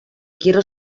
quiero